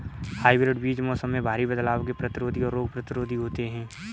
hybrid बीज मौसम में भारी बदलाव के प्रतिरोधी और रोग प्रतिरोधी होते हैं